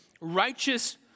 righteous